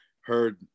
Heard